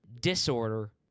disorder